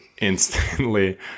instantly